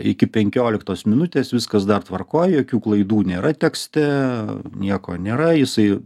iki penkioliktos minutės viskas dar tvarkoj jokių klaidų nėra tekste nieko nėra jisai